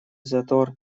затор